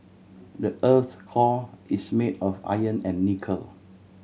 the earth's core is made of iron and nickel